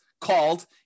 called